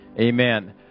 Amen